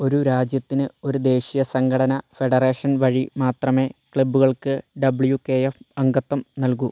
ഒരു രാജ്യത്തിന് ഒരു ദേശീയ സംഘടന ഫെഡറേഷൻ വഴി മാത്രമേ ക്ലബ്ബുകള്ക്ക് ഡബ്ല്യൂ കെ എഫ് അംഗത്വം നല്കൂ